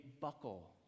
buckle